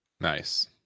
Nice